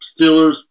Steelers